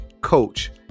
coach